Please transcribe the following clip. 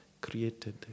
created